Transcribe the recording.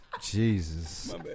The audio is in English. Jesus